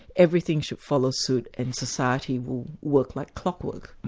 everything should follow suit and society would work like clockwork.